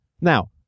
now